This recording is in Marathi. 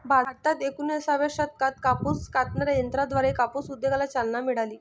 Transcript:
भारतात एकोणिसाव्या शतकात कापूस कातणाऱ्या यंत्राद्वारे कापूस उद्योगाला चालना मिळाली